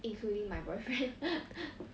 including my boyfriend